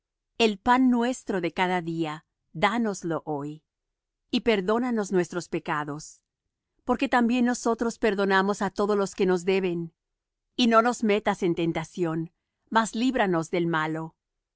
el pan nuestro de cada día dános lo hoy y perdónanos nuestros pecados porque también nosotros perdonamos á todos los que nos deben y no nos metas en tentación mas líbranos del malo